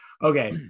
Okay